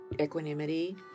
equanimity